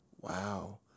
Wow